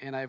and i